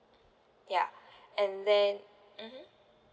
ya and then mmhmm